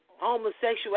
homosexuality